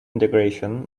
integration